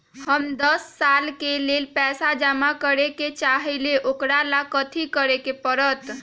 हम दस साल के लेल पैसा जमा करे के चाहईले, ओकरा ला कथि करे के परत?